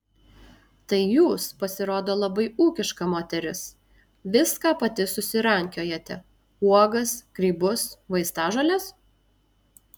tai jūs pasirodo labai ūkiška moteris viską pati susirankiojate uogas grybus vaistažoles